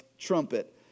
Trumpet